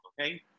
okay